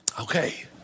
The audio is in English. Okay